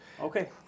Okay